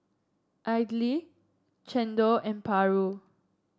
idly chendol and paru